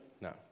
No